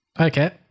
Okay